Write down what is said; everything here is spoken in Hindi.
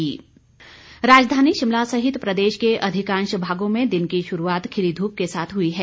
मौसम राजधानी शिमला सहित प्रदेश के अधिकांश भागों में दिन की शुरूआत खिली धूप के साथ हुई है